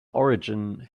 origin